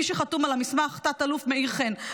מי שחתום על המסמך הוא תת-אלוף מאיר חן.